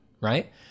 right